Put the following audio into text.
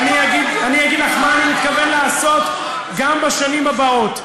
אני אגיד לך מה אני מתכוון לעשות גם בשנים הבאות,